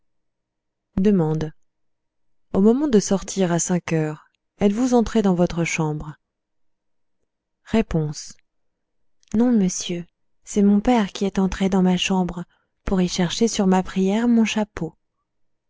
au moment de sortir à cinq heures êtes-vous entrée dans votre chambre r non monsieur c'est mon père qui est entré dans ma chambre pour y chercher sur ma prière mon chapeau